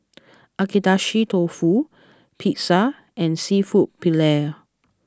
Agedashi Dofu Pizza and Seafood Paella